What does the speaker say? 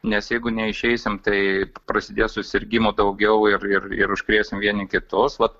nes jeigu neišeisim taip prasidės susirgimų daugiau ir ir užkrėsim vieni kitus vat